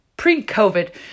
pre-COVID